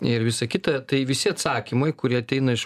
ir visa kita tai visi atsakymai kurie ateina iš